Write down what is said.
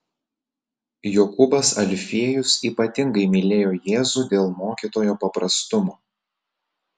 jokūbas alfiejus ypatingai mylėjo jėzų dėl mokytojo paprastumo